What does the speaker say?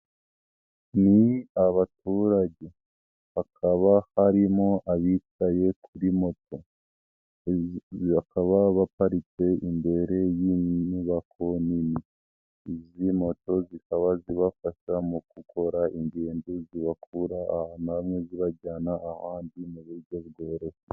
Ni abaturage hakaba harimo abicaye kuri moto bakaba baparitse imbere y'inyubako nini, izi moto zikaba zibafasha mu gukora ingendo zibakura ahantu hamwe zibajyana ahandi mu buryo bworoshye.